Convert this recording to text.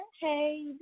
Hey